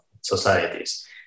societies